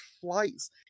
Flights